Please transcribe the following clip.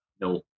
no